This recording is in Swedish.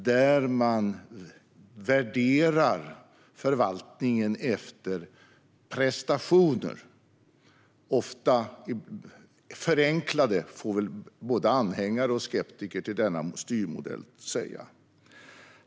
I den värderar man förvaltningen efter prestationer - ofta förenklade, får väl både anhängare och skeptiker till denna styrmodell säga.